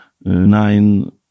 nine